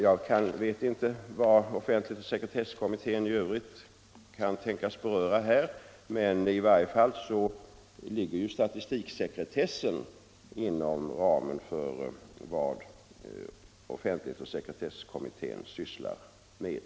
Jag vet inte vad i övrigt som offentlighetsoch sekretesslagstiftningskommittén kan tänkas ta upp, men i varje fall ligger ju statistiksekretessen inom ramen för vad kommittén sysslar med.